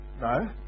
No